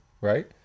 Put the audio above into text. right